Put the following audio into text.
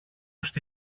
στη